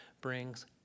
brings